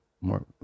more